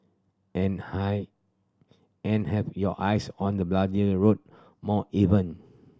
and high and have your eyes on the bloody road more even